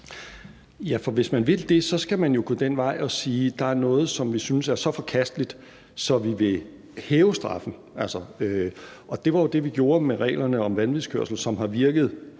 Ja, for hvis man vil det, skal man jo gå den vej og sige: Der er noget, som vi synes er så forkasteligt, at vi vil hæve straffen. Og det var jo det, vi gjorde med reglerne om vanvidskørsel, som har virket